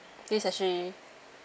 this actually